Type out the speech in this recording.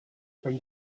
from